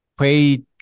pay